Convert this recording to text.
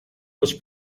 was